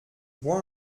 bois